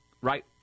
right